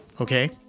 Okay